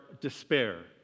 despair